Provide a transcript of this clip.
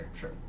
sure